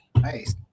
Nice